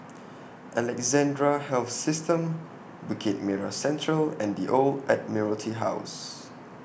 Alexandra Health System Bukit Merah Central and The Old Admiralty House